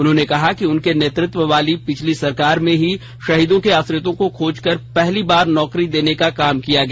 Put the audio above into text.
उन्होंने कहा कि उनके नेतृत्व वाली पिछली सरकार में ही शहीदों के आश्रित को खोज कर पहली बार नौकरी देने का काम किया गया